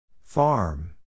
Farm